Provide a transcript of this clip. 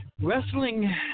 wrestling